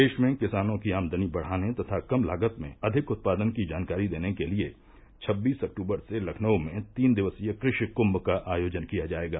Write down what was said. प्रदेश में किसानों की आमदनी बढ़ाने तथा कम लागत में अधिक उत्पादन की जानकारी देने के लिये छब्बीस अक्टूबर से लखनऊ में तीन दिवसीय कृषि कुम्भ का आयोजन किया जाएगा